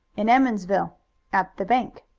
in emmonsville at the bank.